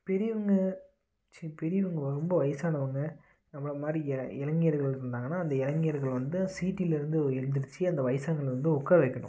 பெரியவங்க சீ பெரியவங்க ரொம்ப வயதானவங்க நம்மள மாதிரி இளைஞர்கள் இருந்தாங்கன்னால் அந்த இளைஞர்கள் வந்து சீட்டில் இருந்து எழுந்துருச்சு அந்த வயசானவங்களை வந்து உட்கார வைக்கணும்